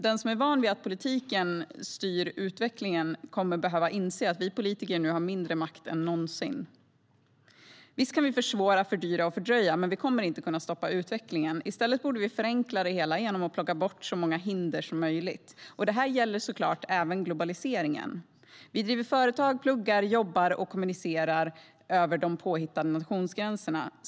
Den som är van vid att politiken styr utvecklingen kommer att behöva inse att vi politiker nu har mindre makt än någonsin. Visst kan vi försvåra, fördyra och fördröja, men vi kommer inte att kunna stoppa utvecklingen. I stället borde vi förenkla det hela genom att plocka bort så många hinder som möjligt. Det här gäller såklart även globaliseringen. Vi driver företag, pluggar, jobbar och kommunicerar över de påhittade nationsgränserna.